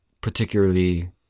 particularly